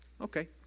Okay